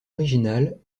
originale